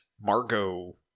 Margot